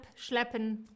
schleppen